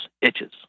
itches